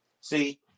see